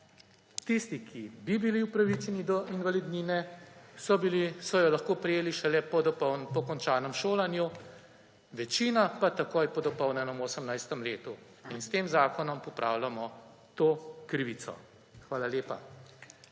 tisti, ki bi bili upravičeni do invalidnine, so bili, lahko prejeli šele po končanem šolanju, večina pa takoj po dopolnjenem 18. letu. S tem zakonom popravljamo to krivico. Hvala lepa.